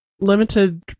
limited